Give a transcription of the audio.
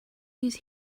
use